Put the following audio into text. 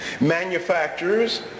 manufacturers